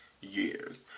years